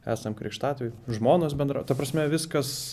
esam krikštatėviai žmonos bendra ta prasme viskas